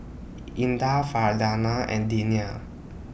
Indah Farhanah and Diyana